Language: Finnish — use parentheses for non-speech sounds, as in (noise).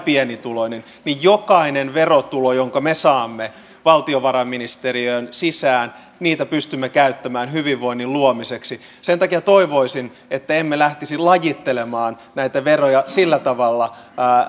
(unintelligible) pienituloinen että jokaisen verotulon jonka me saamme valtiovarainministeriöön sisään pystymme käyttämään hyvinvoinnin luomiseksi sen takia toivoisin että emme lähtisi lajittelemaan näitä veroja sillä tavalla